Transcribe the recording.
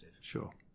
sure